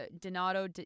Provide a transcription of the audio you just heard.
Donato